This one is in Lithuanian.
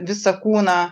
visą kūną